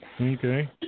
Okay